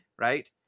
right